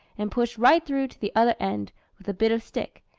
and pushed right through to the other end with a bit of stick,